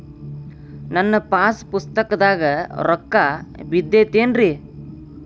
ನನ್ನ ಪಾಸ್ ಪುಸ್ತಕದಾಗ ರೊಕ್ಕ ಬಿದ್ದೈತೇನ್ರಿ?